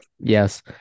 yes